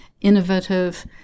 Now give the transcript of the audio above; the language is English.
innovative